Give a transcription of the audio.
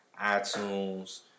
iTunes